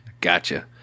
gotcha